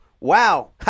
Wow